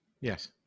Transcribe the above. Yes